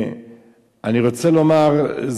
אני רוצה לומר,